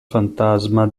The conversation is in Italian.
fantasma